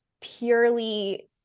purely